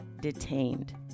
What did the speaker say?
detained